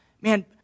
Man